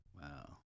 Wow